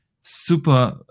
Super